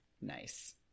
nice